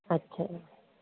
अच्छा